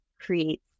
creates